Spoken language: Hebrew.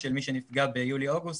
של מי שנפגע ביולי-אוגוסט,